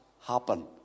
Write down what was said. happen